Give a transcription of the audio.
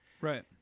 Right